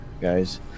guys